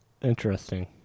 Interesting